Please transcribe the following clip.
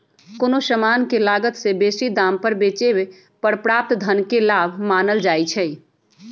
कोनो समान के लागत से बेशी दाम पर बेचे पर प्राप्त धन के लाभ मानल जाइ छइ